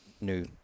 new